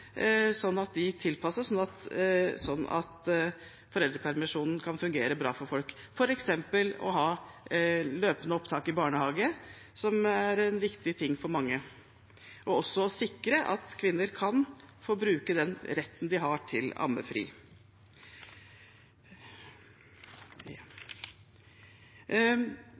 sånn at foreldrepermisjonen kan fungere bra for folk, f.eks. å ha løpende opptak i barnehage, som er en viktig ting for mange, og også sikre at kvinner kan få bruke den retten de har til